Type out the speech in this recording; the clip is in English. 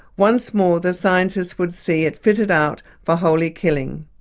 once more the scientists would see it fitted out for holy killing.